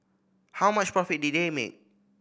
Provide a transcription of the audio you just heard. how much profit did they make